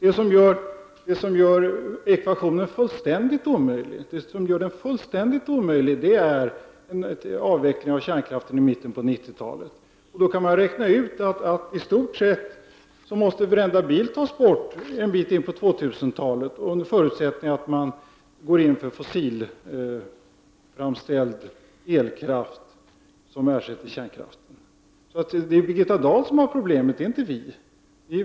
Vad som gör ekvationen fullständigt omöjlig är en avveckling av kärnkraften i mitten av 1990-talet. Man kan då räkna ut att i stort sett varenda bil måste tas bort en bit in på 2000-talet under förutsättning att man går in för fossilframställd elkraft som ersättning för kärnkraften. Det är Birgitta Dahl som har det här problemet, inte vi moderater.